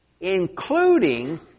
including